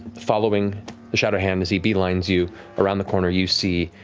following the shadowhand as he beelines you around the corner, you see